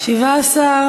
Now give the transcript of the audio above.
מוסף (תיקון, פטור לתרופות), התשע"ד 2014, נתקבלה.